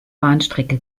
bahnstrecke